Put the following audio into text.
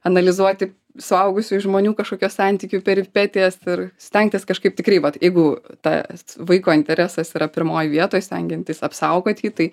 analizuoti suaugusių žmonių kažkokias santykių peripetijas ir stengtis kažkaip tikrai vat jeigu tas vaiko interesas yra pirmoj vietoj stengiantis apsaugot tai